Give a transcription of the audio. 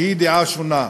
שהיא דעה שונה.